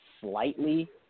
slightly